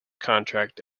contract